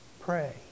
Pray